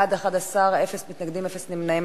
בעד, 11, אין מתנגדים, אין נמנעים.